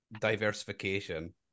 diversification